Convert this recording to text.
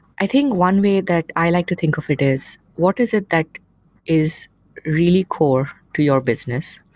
i think one way that i like to think of it is what is it that is really core to your business?